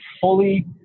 fully